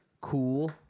cool